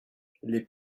les